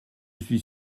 suis